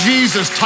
Jesus